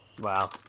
Wow